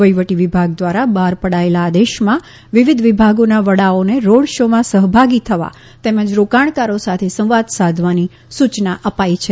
વહિવટી વિભાગ દ્વારા બહાર પડાયેલા આદેશમાં વિવિધ વિભાગોના વડાઓને રોડ શોમાં સહભાગી થવા તેમજ રોકાણકારો સાથે સંવાદ સાધવાની સૂચના અપાઈ છે